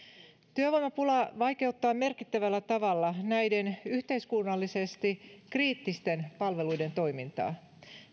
työvoimapula vaikeuttaa merkittävällä tavalla näiden yhteiskunnallisesti kriittisten palveluiden toimintaa